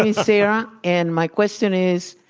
and sara and my question is,